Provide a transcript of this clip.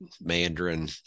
Mandarin